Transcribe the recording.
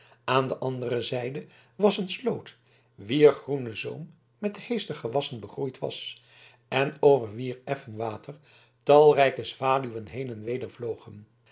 aan de andere zijde was een sloot wier groene zoom met heestergewassen begroeid was en over wier effen water talrijke zwaluwen heen en weder vlogen